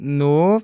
no